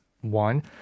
one